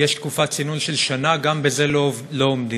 יש תקופת צינון של שנה, וגם בזה לא עומדים.